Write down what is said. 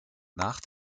nach